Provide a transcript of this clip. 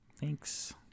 Thanks